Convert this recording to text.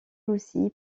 aussi